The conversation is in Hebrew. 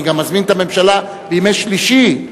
אני גם מזמין את הממשלה בימי שלישי,